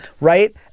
right